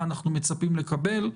מה אנחנו מצפים לקבל.